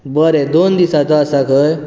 बरें दोन दिसाचो आसा खंय